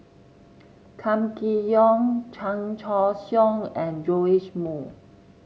Kam Kee Yong Chan Choy Siong and Joash Moo